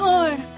Lord